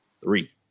three